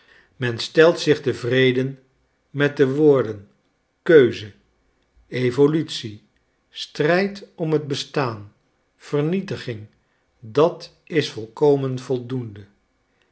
men stelt zich tevreden met de woorden keuze evolutie strijd om het bestaan vernietiging dat is volkomen voldoende